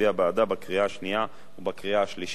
בקריאה השנייה ובקריאה השלישית.